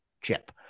chip